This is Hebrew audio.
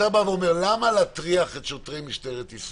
למה להטריח את שוטרי משטרת ישראל?